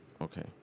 okay